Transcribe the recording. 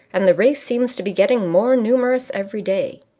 and the race seems to be getting more numerous every day.